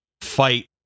fight